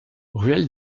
ruelle